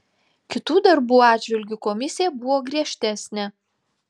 kitų darbų atžvilgiu komisija buvo griežtesnė